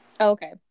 Okay